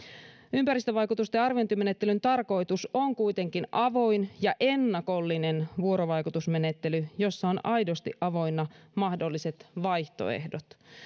ympäristövaikutusten arviointimenettelyn tarkoitus on kuitenkin avoin ja ennakollinen vuorovaikutusmenettely jossa on aidosti avoinna mahdolliset vaihtoehdot